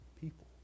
people